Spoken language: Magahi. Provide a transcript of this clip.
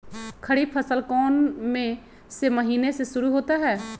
खरीफ फसल कौन में से महीने से शुरू होता है?